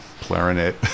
clarinet